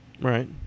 Right